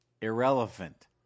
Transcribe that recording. irrelevant